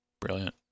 Brilliant